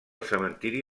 cementiri